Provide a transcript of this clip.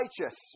righteous